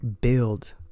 build